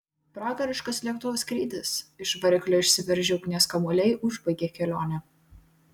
pragariškas lėktuvo skrydis iš variklio išsiveržę ugnies kamuoliai užbaigė kelionę